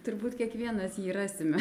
turbūt kiekvienas jį rasime